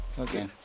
okay